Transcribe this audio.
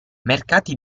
mercati